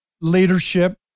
leadership